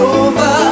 over